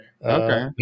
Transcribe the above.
Okay